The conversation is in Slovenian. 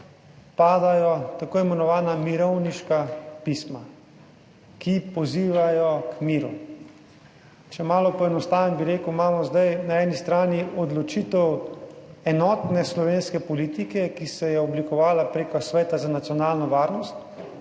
padajo tako imenovana mirovniška pisma, ki pozivajo k miru. Če malo poenostavim, bi rekel, imamo zdaj na eni strani odločitev enotne slovenske politike, ki se je oblikovala preko Sveta za nacionalno varnost,